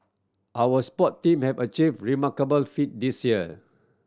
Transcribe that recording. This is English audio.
our sport team have achieve remarkable feat this year